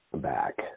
back